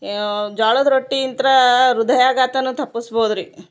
ಆ ಜ್ವಾಳದ ರೊಟ್ಟಿಂತ್ರಾ ಹೃದಯಾಘಾತನೂ ತಪ್ಪಿಸ್ಬೋದ್ರಿ